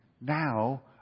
now